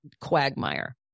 quagmire